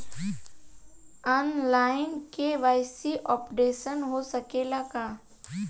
आन line KYC updation हो सकेला का?